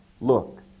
Look